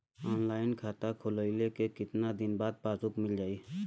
Online खाता खोलवईले के कितना दिन बाद पासबुक मील जाई?